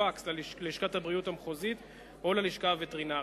בפקס ללשכת הבריאות המחוזית או ללשכה הווטרינרית.